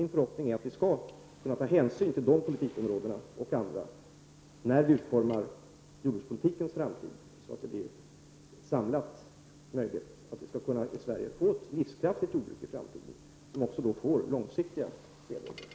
Min förhoppning är att vi skall kunna ta hänsyn till de politikområdena, och andra, när vi utformar jordbrukspolitikens framtid, så att det blir en samlad bedömning, så att vi i Sverige skall kunna få ett livskraftigt jordbruk i framtiden, ett jordbruk som också får långsiktiga spelregler.